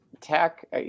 Tech